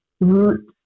root